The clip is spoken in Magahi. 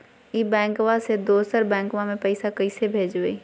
ई बैंकबा से दोसर बैंकबा में पैसा कैसे भेजिए?